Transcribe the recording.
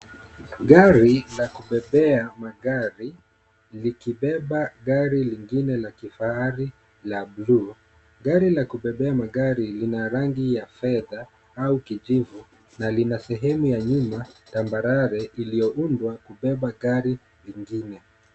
Gari la kubebea magari likibeba gari lingine la kifahari la blue . Gari la kubebea magari lina rangi ya fedha au kijivu na lina sehemu ya nyuma tambarare iliyoundwa kubeba gari lingine.